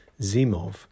zimov